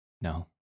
No